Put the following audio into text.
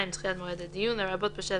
(2) דחיית מועד הדיון, לרבות בשל